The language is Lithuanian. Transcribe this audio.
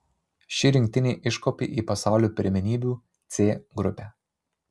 ši rinktinė iškopė į pasaulio pirmenybių c grupę